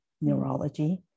neurology